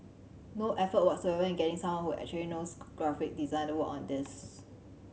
no effort whatsoever in getting someone who actually knows graphic design to work on this